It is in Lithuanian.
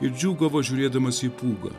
ir džiūgavo žiūrėdamas į pūgą